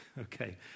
Okay